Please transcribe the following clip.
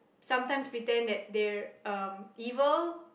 sometimes pretend that they're um evil